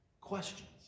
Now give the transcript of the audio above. Questions